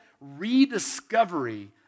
rediscovery